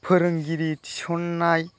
फोरोंगिरि थिसननाय